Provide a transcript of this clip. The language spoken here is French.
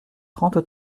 trente